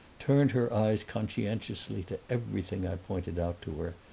turned her eyes conscientiously to everything i pointed out to her,